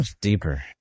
Deeper